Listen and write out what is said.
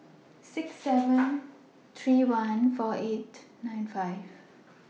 six seven three one four eight nine five